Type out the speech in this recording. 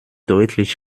deutlich